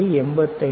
85 49